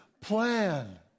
plan